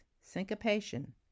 syncopation